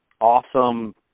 awesome